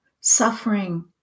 suffering